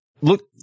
Look